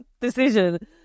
decision